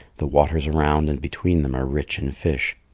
the waters around and between them are rich in fish.